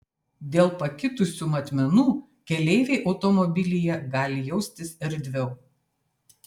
dėl pakitusių matmenų keleiviai automobilyje gali jaustis erdviau